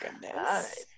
goodness